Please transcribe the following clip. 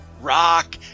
rock